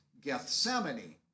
Gethsemane